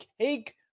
cake